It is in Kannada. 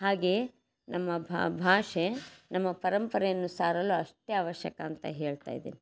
ಹಾಗೇ ನಮ್ಮ ಭಾಷೆ ನಮ್ಮ ಪರಂಪರೆಯನ್ನು ಸಾರಲು ಅಷ್ಟೇ ಅವಶ್ಯಕ ಅಂತ ಹೇಳ್ತಾ ಇದೇನೆ